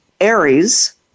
Aries